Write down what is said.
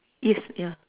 east yeah